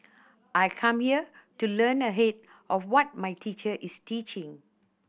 I come here to learn ahead of what my teacher is teaching